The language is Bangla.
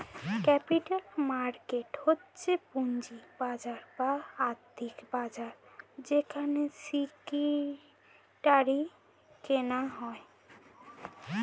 ক্যাপিটাল মার্কেট হচ্ছে পুঁজির বাজার বা আর্থিক বাজার যেখানে সিকিউরিটি কেনা হয়